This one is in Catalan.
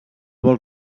vol